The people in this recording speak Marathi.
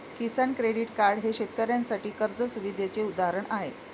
किसान क्रेडिट कार्ड हे शेतकऱ्यांसाठी कर्ज सुविधेचे उदाहरण आहे